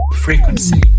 Frequency